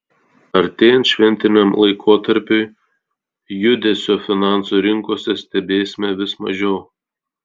artėjant šventiniam laikotarpiui judesio finansų rinkose stebėsime vis mažiau